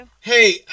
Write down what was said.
Hey